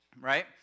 right